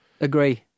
Agree